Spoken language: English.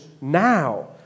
now